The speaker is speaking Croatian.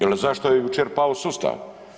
Jel zašto je jučer pao sustav?